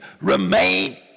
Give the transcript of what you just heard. Remain